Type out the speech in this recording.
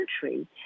country